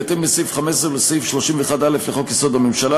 בהתאם לסעיף 15 ולסעיף 31(א) לחוק-יסוד: הממשלה,